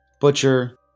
butcher